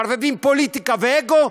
מערבבים פוליטיקה ואגו,